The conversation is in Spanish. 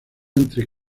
entre